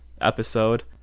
episode